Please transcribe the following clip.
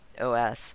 OS